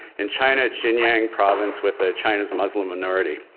in china, xinjiang province with the chinese-muslim minority.